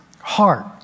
heart